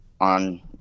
On